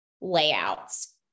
layouts